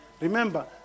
Remember